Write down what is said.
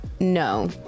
No